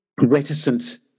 reticent